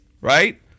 right